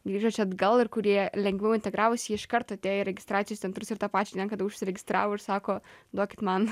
grįžę čia atgal ir kurie lengviau integravosi jie iškart atėjo į registracijos centrus ir tą pačią dieną kada užsiregistravo ir sako duokit man